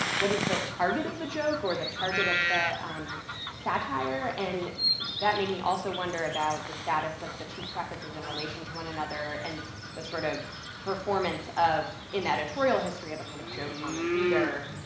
what is the target of the joke, or the target of the um satire? and that made me also wonder about the status of the two prefaces in relation to one another, and that sort of performance of, in the editorial history of a kind of joke on the reader,